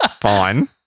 Fine